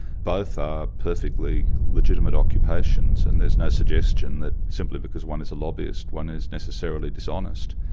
both are perfectly legitimate occupations and there is no suggestion that simply because one is a lobbyist one is necessarily dishonest.